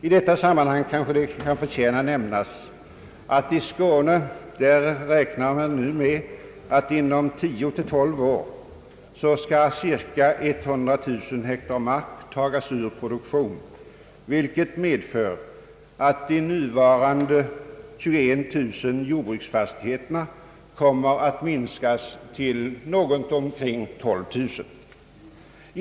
I detta sammanhang kan det förtjäna nämnas att man i Skåne räknar med att inom 10—12 år cirka 100 000 hektar mark skall tagas ur produktionen, vilket medför att de nuvarande 21000 jordbruksfastigheterna kommer att minska till omkring 12 000.